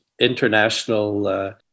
international